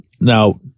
Now